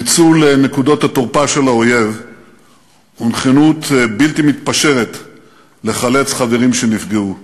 ניצול נקודות התורפה של האויב ונכונות בלתי מתפשרת לחלץ חברים שנפגעו.